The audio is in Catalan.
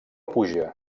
puja